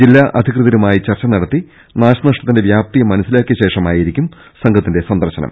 ജില്ലാ അധികൃതരുമായി ചർച്ച നട്ടത്തി നാശ നഷ്ടത്തിന്റെ വ്യാപ്തി മനസിലാക്കിയ ശേഷമായിരിക്കും സംഘത്തിന്റെ സന്ദർശനം